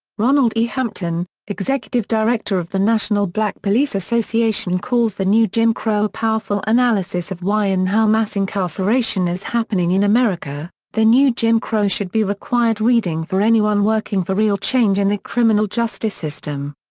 ronald e. hampton, executive director of the national black police association calls the new jim crow a powerful analysis of why and how mass incarceration is happening in america, the new jim crow should be required reading for anyone working for real change in the criminal justice system.